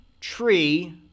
tree